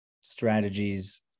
strategies